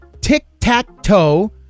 tic-tac-toe